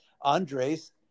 Andres